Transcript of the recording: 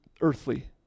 earthly